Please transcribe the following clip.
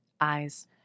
Eyes